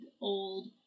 old